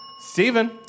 Steven